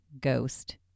ghost